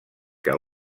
que